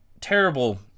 terrible